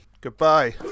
Goodbye